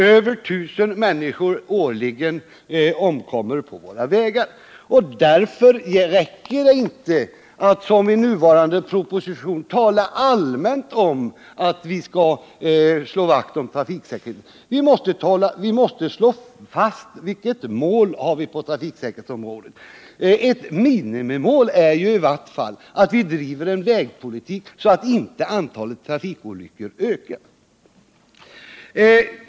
Över 1 000 människor omkommeråårligen på våra vägar. Därför räcker det inte med att, som i den föreliggande propositionen, allmänt tala om att vi skall slå vakt om trafiksäkerheten. Vi måste slå fast vilket mål vi skall ha på trafiksäkerhetsområdet. Ett minimimål bör i varje fall vara att driva en vägpolitik som syftar till att antalet trafikolyckor inte ökar.